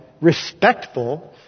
respectful